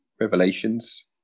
revelations